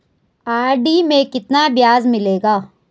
RD में कितना ब्याज मिलेगा?